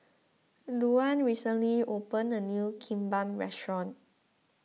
Louann recently opened a new Kimbap restaurant